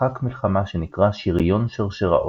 משחק מלחמה שנקרא "שריון שרשראות",